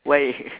why